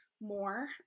more